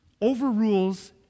overrules